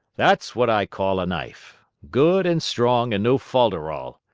that's what i call a knife. good and strong, and no folderol.